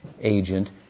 agent